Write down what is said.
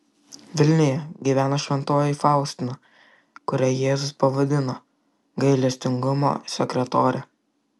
vilniuje gyveno šventoji faustina kurią jėzus pavadino gailestingumo sekretore